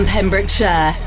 Pembrokeshire